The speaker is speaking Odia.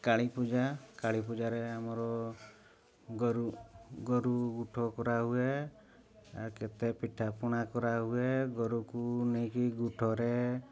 କାଳୀ ପୂଜା କାଳୀପୂଜାରେ ଆମର ଗୋରୁ ଗୋରୁ ଗୋଠ କରାହୁଏ ଆଉ କେତେ ପିଠାପଣା କରାହୁଏ ଗୋରୁକୁ ନେଇକି ଗୋଠରେ